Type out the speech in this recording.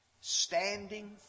Standing